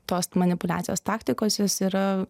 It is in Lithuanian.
tos manipuliacijos taktikos jos yra